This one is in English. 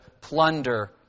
plunder